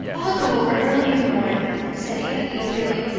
i'll go over early in the morning, said anne eagerly.